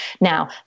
Now